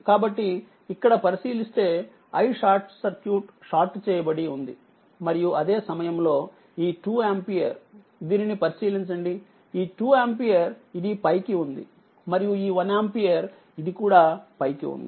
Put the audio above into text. కాబట్టి ఇక్కడ పరిశీలిస్తే iSC షార్ట్ చేయబడి ఉంది మరియు అదే సమయంలో ఈ 2ఆంపియర్ దీనిని పరిశీలించండిఈ 2 ఆంపియర్ ఇదిపైకి ఉందిమరియు ఈ 1ఆంపియర్ ఇది కూడా పైకి ఉంది